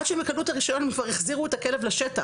עד שהם יקבלו את הרישיון הם כבר החזירו את הכלב לשטח,